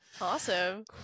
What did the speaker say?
awesome